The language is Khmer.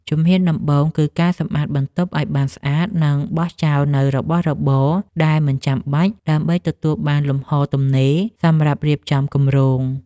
ជំហានដំបូងគឺការសម្អាតបន្ទប់ឱ្យបានស្អាត និងបោះចោលនូវរបស់របរដែលមិនចាំបាច់ ដើម្បីទទួលបានលំហទំនេរសម្រាប់រៀបចំគម្រោង។